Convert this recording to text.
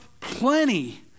plenty